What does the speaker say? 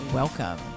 welcome